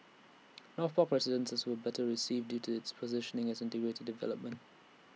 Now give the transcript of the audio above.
north park residences was better received due to its positioning as an integrated development